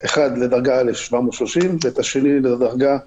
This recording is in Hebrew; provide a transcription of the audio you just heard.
את האחד לדרגה א', 730 שקלים, והשני לדרגה ב',